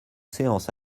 séance